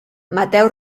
mateu